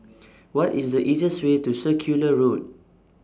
What IS The easiest Way to Circular Road